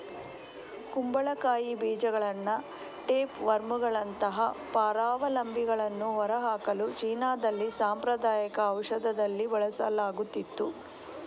ಕುಂಬಳಕಾಯಿ ಬೀಜಗಳನ್ನ ಟೇಪ್ ವರ್ಮುಗಳಂತಹ ಪರಾವಲಂಬಿಗಳನ್ನು ಹೊರಹಾಕಲು ಚೀನಾದಲ್ಲಿ ಸಾಂಪ್ರದಾಯಿಕ ಔಷಧದಲ್ಲಿ ಬಳಸಲಾಗುತ್ತಿತ್ತು